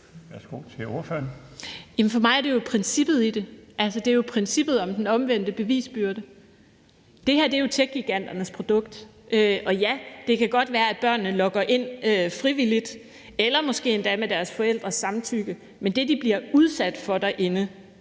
For mig er det jo princippet i det. Det er jo princippet om den omvendte bevisbyrde. Det her er jo techgiganternes produkt. Ja, det kan godt være, at børnene logger ind frivilligt og måske endda med deres forældres samtykke, men det, de bliver udsat for derinde,